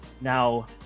now